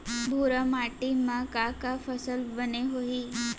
भूरा माटी मा का का फसल बने होही?